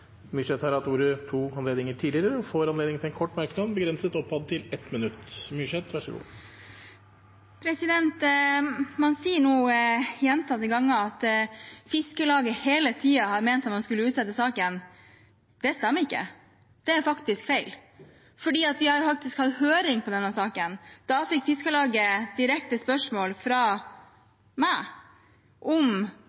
har hatt ordet to ganger tidligere og får ordet til en kort merknad, begrenset til 1 minutt. Man sier gjentatte ganger at Fiskarlaget hele tiden har ment at man skulle utsette saken. Det stemmer ikke. Det er faktisk feil. Vi har hatt høring om denne saken, og da fikk Fiskarlaget direkte spørsmål fra